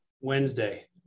Wednesday